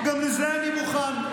גם לזה אני מוכן.